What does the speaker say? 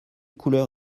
couleur